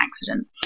accident